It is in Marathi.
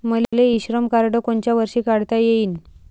मले इ श्रम कार्ड कोनच्या वर्षी काढता येईन?